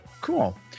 Cool